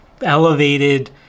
elevated